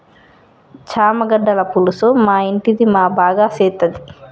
చామగడ్డల పులుసు మా ఇంటిది మా బాగా సేత్తది